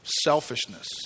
Selfishness